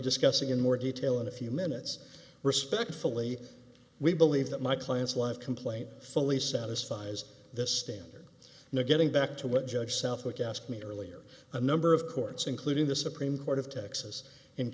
discussing in more detail in a few minutes respectfully we believe that my client's life complaint fully satisfied this standard no getting back to what judge southwick asked me earlier a number of courts including the supreme court of texas